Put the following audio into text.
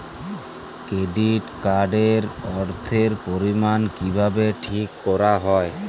Credit card এর অর্থের পরিমান কিভাবে ঠিক করা হয়?